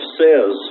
says